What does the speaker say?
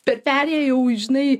per perėją jau žinai